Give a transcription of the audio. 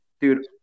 Dude